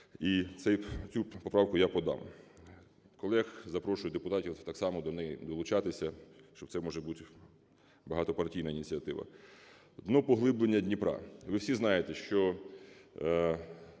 І цю поправку я подам. Колег запрошую депутатів так само до неї долучатися, щоб це могла бути багатопартійна ініціатива. Дно поглиблення Дніпра. Ви всі знаєте, що